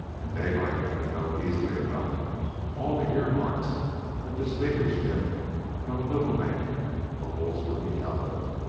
and daylight could note easily enough all the earmarks that distinguished him from a little man of the holdsworthy caliber.